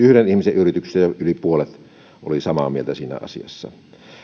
yrityksiä ja yli puolet oli samaa mieltä siinä asiassa no